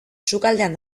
sukaldean